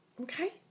Okay